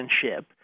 citizenship